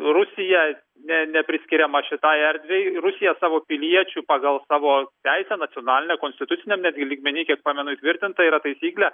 rusija ne nepriskiriama šitai erdvei rusija savo piliečių pagal savo teisę nacionalinę konstituciniam netgi lygmeny kiek pamenu įtvirtinta yra taisyklė